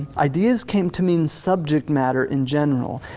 ideas came to mean subject matter in general.